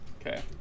Okay